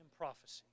prophecy